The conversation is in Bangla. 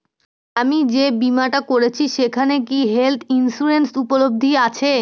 আমি যে বীমাটা করছি সেইখানে কি হেল্থ ইন্সুরেন্স উপলব্ধ আছে?